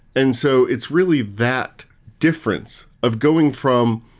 and so it's really that difference of going from,